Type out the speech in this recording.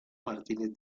martínez